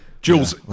Jules